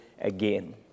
again